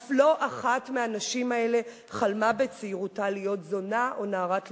אף אחת מהנשים האלה לא חלמה בצעירותה להיות זונה או נערת ליווי.